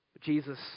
Jesus